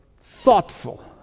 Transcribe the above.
thoughtful